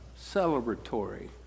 celebratory